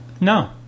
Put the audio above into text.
No